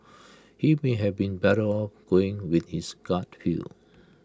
he may have been better off going with his gut feel